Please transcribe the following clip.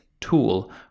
tool